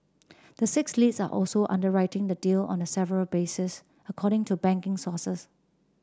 the six leads are also underwriting the deal on a several basis according to banking sources